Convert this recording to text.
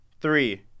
Three